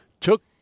took